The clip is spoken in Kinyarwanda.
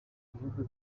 bihugu